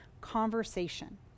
conversation